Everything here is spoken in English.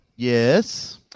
yes